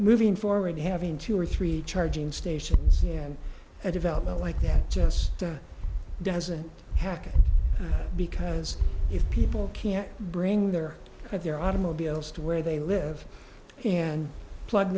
moving forward having two or three charging stations and a development like that just doesn't happen because if people can't bring their at their automobiles to where they live and plug